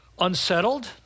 unsettled